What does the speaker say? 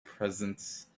presence